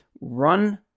run